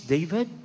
David